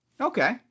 Okay